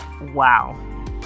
Wow